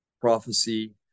Prophecy